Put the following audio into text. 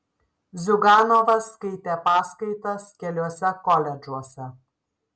ziuganovas skaitė paskaitas keliuose koledžuose